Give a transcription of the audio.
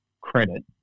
credit